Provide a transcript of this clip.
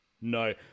No